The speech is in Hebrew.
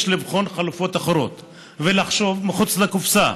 יש לבחון חלופות אחרות ולחשוב מחוץ לקופסה.